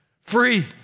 free